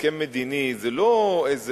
הסכם מדיני זה לא הוקוס-פוקוס,